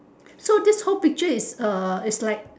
so this whole picture is uh is like